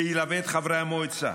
שילווה את חברי המועצה.